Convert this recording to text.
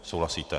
Souhlasíte?